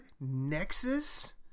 nexus